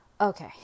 Okay